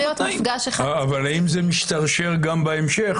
האם זה משתרשר גם בהמשך?